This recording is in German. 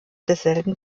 desselben